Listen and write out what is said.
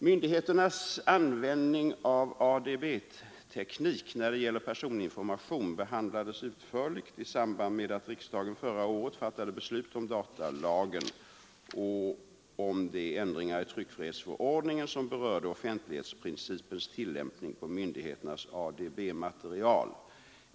Myndigheternas användning av ADB-teknik när det gäller personinformation behandlades utförligt i samband med att riksdagen förra året fattade beslut om datalagen och om de ändringar i tryckfrihetsförordningen som berörde offentlighetsprincipens tillämpning på myndigheternas ADB-material.